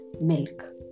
milk